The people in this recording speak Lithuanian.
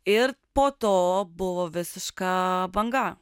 ir po to buvo visiška banga